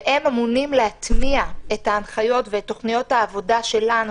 והם אמונים על הטמעת ההנחיות ותוכניות העבודה שלנו,